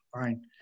fine